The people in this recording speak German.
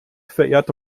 verehrte